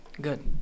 Good